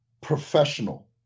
professional